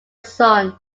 son